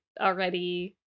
already